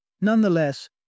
Nonetheless